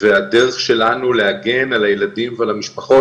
והדרך שלנו להגן על הילדים ועל המשפחות,